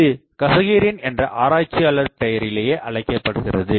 இது கஸக்ரேயன் என்ற ஆராய்ச்சியாளர் பெயரிலேயே அழைக்கப்படுகிறது